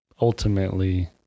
ultimately